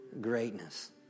Greatness